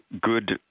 Good